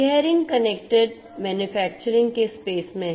Gehring connected manufacturing के space में है